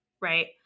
right